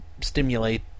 stimulate